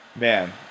man